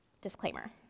Disclaimer